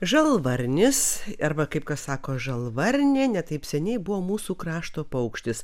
žalvarnis arba kaip kas sako žalvarnė ne taip seniai buvo mūsų krašto paukštis